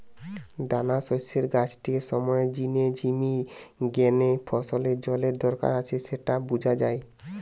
দানাশস্যের গাছটিকে সময়ের জিনে ঝিমি গ্যানে ফসলের জলের দরকার আছে স্যাটা বুঝা যায়